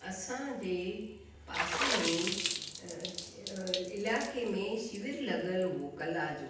असांजे पासे में इलाइक़े में शिविर लॻियल हुओ कला जो